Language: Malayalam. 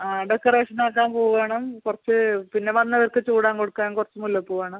ആ ഡെക്കറേഷൻ ആക്കാൻ പൂ വേണം കുറച്ച് പിന്നെ വന്നവർക്ക് ചൂടാൻ കൊടുക്കാൻ കുറച്ച് മുല്ലപ്പൂ വേണം